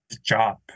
job